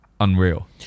unreal